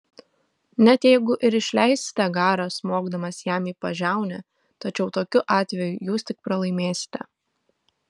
net jeigu ir išleisite garą smogdamas jam į pažiaunę tačiau tokiu atveju jūs tik pralaimėsite